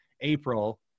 april